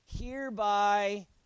Hereby